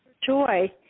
joy